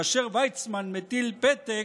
כאשר ויצמן מטיל פתק,